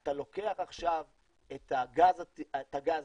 אתה לוקח עכשיו את הגז הזה,